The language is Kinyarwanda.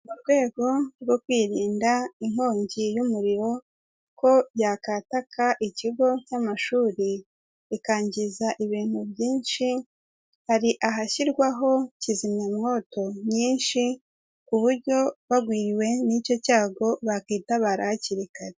Mu rwego rwo kwirinda inkongi y'umuriro ko yakataka ikigo cy'amashuri, ikangiza ibintu byinshi hari ahashyirwaho kizimyamwoto nyinshi, ku buryo bagwiriwe n'icyo cyago bakitabara hakiri kare.